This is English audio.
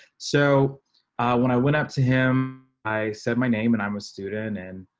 so when i went up to him i said my name, and i'm a student and